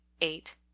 eight